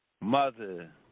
Mother